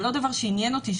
אבל עוד דבר שעניין אותי,